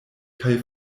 kaj